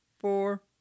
four